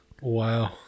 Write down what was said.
Wow